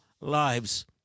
lives